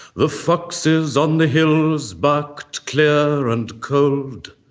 the foxes on the hills barked clear and cold